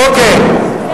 אוקיי,